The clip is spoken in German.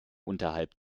unterhalb